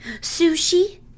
Sushi